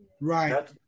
Right